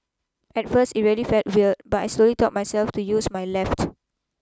at first it really felt weird but I slowly taught myself to use my left